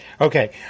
Okay